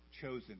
chosen